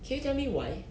can you tell me why